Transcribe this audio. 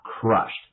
crushed